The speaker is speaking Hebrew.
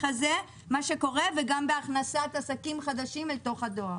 הזה וגם על הכנסת עסקים חדשים אל תוך הדואר.